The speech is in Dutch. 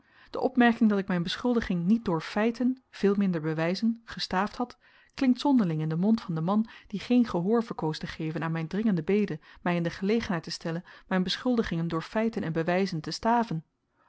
de opmerking dat ik myn beschuldiging niet door feiten veel minder bewyzen gestaafd had klinkt zonderling in den mond van den man die geen gehoor verkoos te geven aan myn dringende bede my in de gelegenheid te stellen myn beschuldigingen door feiten en bewyzen te staven